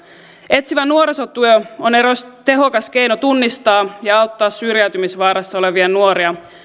etsivä nuorisotyö on eräs tehokas keino tunnistaa ja auttaa syrjäytymisvaarassa olevia nuoria